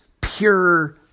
pure